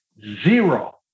Zero